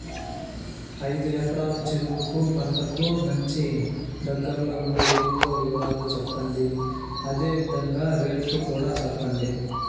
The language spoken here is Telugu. ఐదు ఎకరాల చెరుకు పంటకు మంచి, దగ్గర్లో ఉండే ఎరువుల వివరాలు చెప్పండి? అదే విధంగా రేట్లు కూడా చెప్పండి?